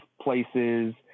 places